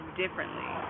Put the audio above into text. differently